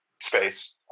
space